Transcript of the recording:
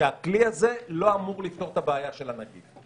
שהכלי הזה לא אמור לפתור את הבעיה של הנגיף.